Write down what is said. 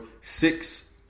six